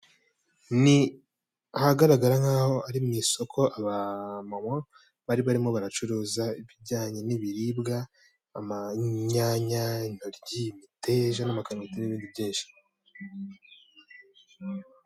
Ni ahagaragara nkaho ari mu isoko abamama bari barimo baracuruza ibijyanye n'ibiribwa, amanyanya, intoryi, imiteja n'amakaroti n'ibindi byinshi.